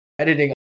Editing